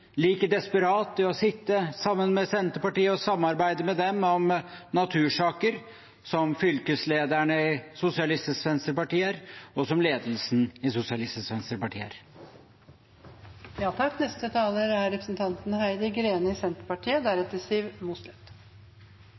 like desperat etter å sitte sammen med Senterpartiet og samarbeide med dem om natursaker som fylkeslederne i Sosialistisk Venstreparti er, og som ledelsen i Sosialistisk Venstreparti er? Denne debatten viser at i mange partier er det jammen langt mellom liv og lære. Senterpartiet